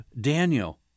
Daniel